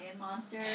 monster